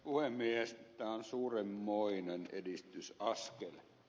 tämä on suurenmoinen edistysaskel